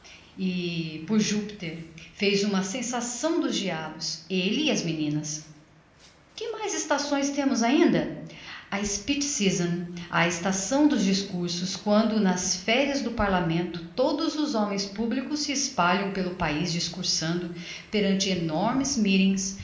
por jupiter fez uma sensação dos diabos elle e as meninas que mais estações temos ainda a speech season a estação dos discursos quando nas ferias do parlamento todos os homens publicos se espalham pelo paiz discursando perante enormes meetings